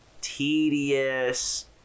tedious